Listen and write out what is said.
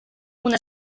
una